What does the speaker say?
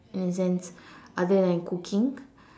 in a sense other than cooking